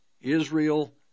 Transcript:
Israel